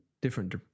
different